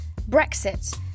Brexit